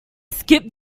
skip